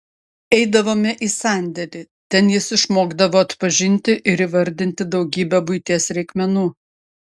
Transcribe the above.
eidavome į sandėlį ten jis išmokdavo atpažinti ir įvardinti daugybę buities reikmenų